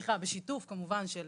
בשיתוף כמובן של